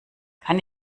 kann